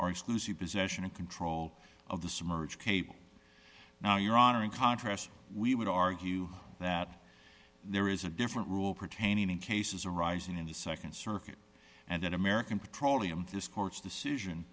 or exclusive possession and control of the submerged cable now your honor in contrast we would argue that there is a different rule pertaining in cases arising in the nd circuit and that american petroleum this court's decision